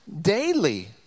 daily